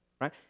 right